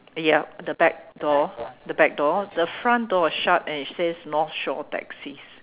yup the back door the back door the front door is shut and it says North Shore taxis